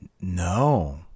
No